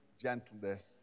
gentleness